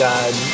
God